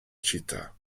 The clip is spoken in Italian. città